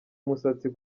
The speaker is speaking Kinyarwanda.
umusatsi